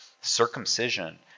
circumcision